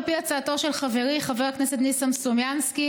על פי הצעתו של חברי חבר הכנסת ניסן סלומינסקי,